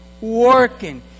working